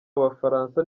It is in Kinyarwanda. abafaransa